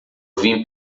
vim